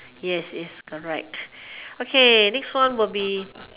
yes yes correct okay next one will be